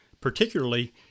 particularly